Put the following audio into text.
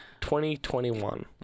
2021